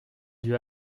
lieu